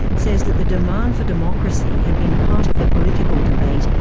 says that the demand for democracy had been part of the political debate,